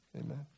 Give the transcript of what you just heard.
amen